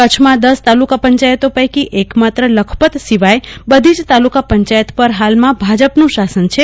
કચ્છમા દશ તાલુકા પંચાયતો પકી એક માત્ર લખપત સિવાય બધી જ તાલુકા પંચાયતો પર હાલમાં ભાજપનું શાસન છે